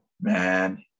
Man